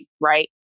right